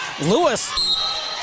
Lewis